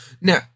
now